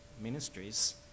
ministries